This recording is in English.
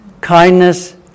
Kindness